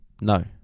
No